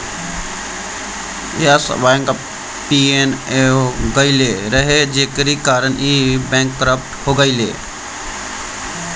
Yes bank NPA हो गईल रहे जेकरी कारण इ बैंक करप्ट हो गईल